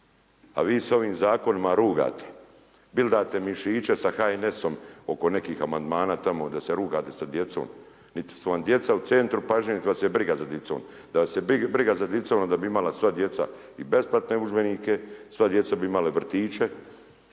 a vi se ovim zakonima rugate, bildate mišiće sa HNS-om oko nekih amandmana tamo da se rugate sa djecom, niti su vam djeca u centru pažnje nit vas je briga za dicom. Da vas je briga za dicom onda bi imala sva djeca i besplatne udžbenike, sva djeca bi imala vrtiće,